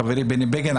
חברי בני בגין,